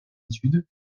études